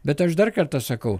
bet aš dar kartą sakau